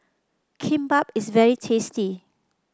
Kimbap is very tasty